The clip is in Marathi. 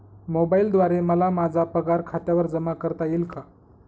मोबाईलद्वारे मला माझा पगार खात्यावर जमा करता येईल का?